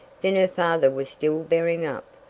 then her father was still bearing up,